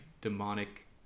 demonic